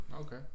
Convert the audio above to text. Okay